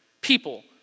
people